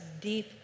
deep